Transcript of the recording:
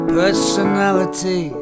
personality